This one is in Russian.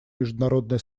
международное